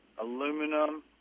aluminum